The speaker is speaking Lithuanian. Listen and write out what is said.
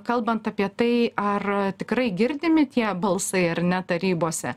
kalbant apie tai ar tikrai girdimi tie balsai ar ne tarybose